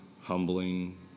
humbling